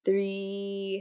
Three